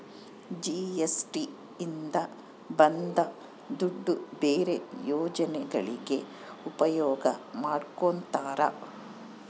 GST ಇಂದ ಬಂದ್ ದುಡ್ಡು ಬೇರೆ ಯೋಜನೆಗಳಿಗೆ ಉಪಯೋಗ ಮಾಡ್ಕೋತರ